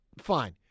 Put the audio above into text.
fine